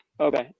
Okay